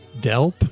Delp